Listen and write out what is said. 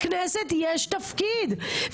לכנסת יש תפקיד.